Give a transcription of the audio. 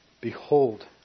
Behold